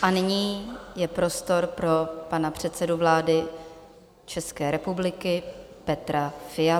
A nyní je prostor pro pana předsedu vlády České republiky Petra Fialu.